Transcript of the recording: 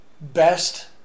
best